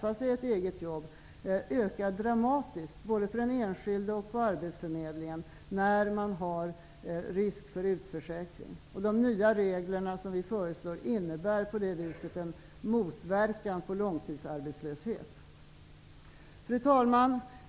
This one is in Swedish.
för att ordna jobb ökar dramatiskt, både för den enskilde och på arbetsförmedlingen, när det finns risk för utförsäkring. De nya regler som vi föreslår innebär att långtidsarbetslösheten på det viset motverkas. Fru talman!